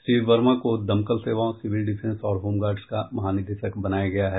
श्री वर्मा को दमकल सेवाओं सिविल डिफेंस और होमगार्ड्स का महानिदेशक बनाया गया है